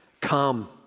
Come